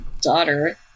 daughter